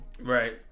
Right